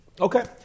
Okay